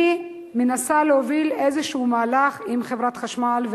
אני מנסה להוביל איזשהו מהלך עם חברת החשמל,